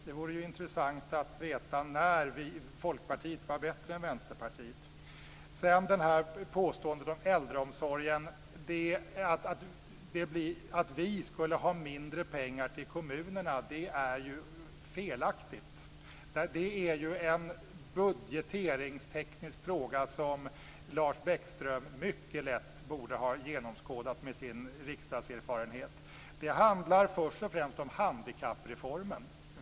Det vore intressant att veta när vi i Folkpartiet var bättre än Lars Bäckström påstod när det gäller äldreomsorgen att vi skulle ha mindre pengar till kommunerna. Det är felaktigt. Det är en budgetteknisk fråga, vilket Lars Bäckström med sin riksdagserfarenhet mycket lätt borde ha genomskådat. Det handlar först och främst om handikappreformen.